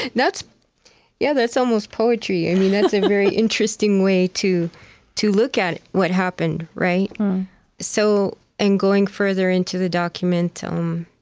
that's yeah that's almost poetry. yeah that's a very interesting way to to look at what happened. so and going further into the document, um